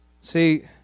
See